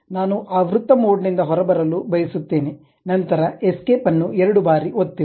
ನಾನು ಆ ವೃತ್ತ ಮೋಡ್ ನಿಂದ ಹೊರಬರಲು ಬಯಸುತ್ತೇನೆ ನಂತರ ಎಸ್ಕೇಪ್ ಅನ್ನು ಎರಡು ಬಾರಿ ಒತ್ತಿರಿ